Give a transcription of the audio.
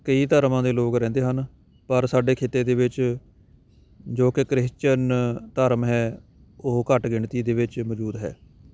ਕਈ ਧਰਮਾਂ ਦੇ ਲੋਕ ਰਹਿੰਦੇ ਹਨ ਪਰ ਸਾਡੇ ਖਿੱਤੇ ਦੇ ਵਿੱਚ ਜੋ ਕਿ ਕ੍ਰਿਸ਼ਚਨ ਧਰਮ ਹੈ ਉਹ ਘੱਟ ਗਿਣਤੀ ਦੇ ਵਿੱਚ ਮੌਜੂਦ ਹੈ